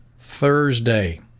Thursday